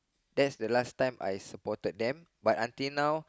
that's the last time I supported them but until now